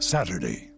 Saturday